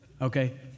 Okay